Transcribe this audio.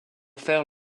faire